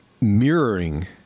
mirroring